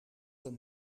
een